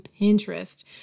Pinterest